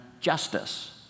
justice